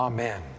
Amen